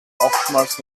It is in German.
oftmals